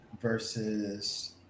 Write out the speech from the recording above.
versus